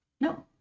No